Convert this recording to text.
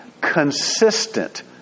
consistent